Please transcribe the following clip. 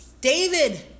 David